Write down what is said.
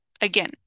Again